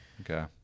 Okay